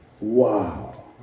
Wow